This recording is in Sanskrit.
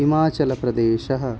हिमाचलप्रदेशः